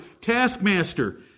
taskmaster